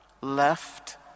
left